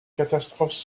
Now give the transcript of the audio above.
catastrophes